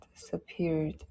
disappeared